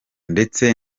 ndetse